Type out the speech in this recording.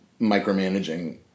micromanaging